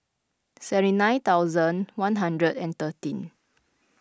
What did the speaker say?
seven nine thousand one hundred and thirteen